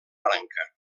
branca